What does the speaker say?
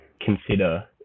consider